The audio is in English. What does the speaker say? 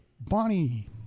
Bonnie